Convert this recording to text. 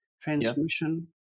transmission